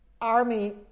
army